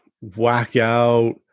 whack-out